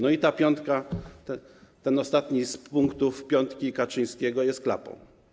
No i ta piątka, ten ostatni z punktów piątki Kaczyńskiego jest klapą.